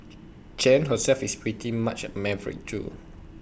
Chen herself is pretty much A maverick too